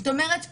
זאת אומרת פה,